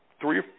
three